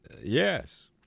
Yes